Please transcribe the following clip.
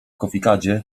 kofikadzie